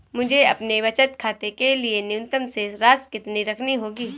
मुझे अपने बचत खाते के लिए न्यूनतम शेष राशि कितनी रखनी होगी?